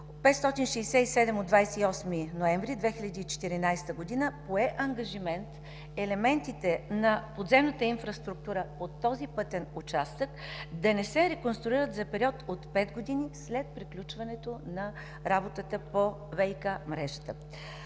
567 от 28 ноември 2014 г. пое ангажимент елементите на подземната инфраструктура от този пътен участък да не се реконструират за период от пет години след приключването на работата по ВиК-мрежата.